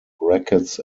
brackets